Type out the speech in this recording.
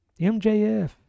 MJF